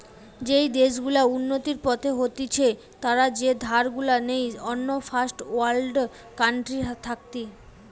যেই দেশ গুলা উন্নতির পথে হতিছে তারা যে ধার গুলা নেই অন্য ফার্স্ট ওয়ার্ল্ড কান্ট্রি থাকতি